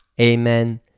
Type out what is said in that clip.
amen